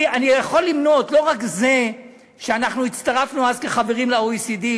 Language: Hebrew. אני יכול למנות: לא רק זה שאנחנו הצטרפנו אז כחברים ל-OECD,